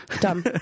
Dumb